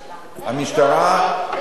המשטרה, הם לא רוצים להתנדב במשטרה.